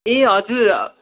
ए हजुर